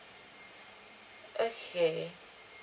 okay